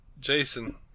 Jason